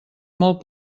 molt